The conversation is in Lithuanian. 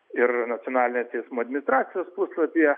ir nacionalinės teismų administracijos puslapyje